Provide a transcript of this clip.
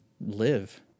live